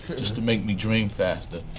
was to make me dream faster.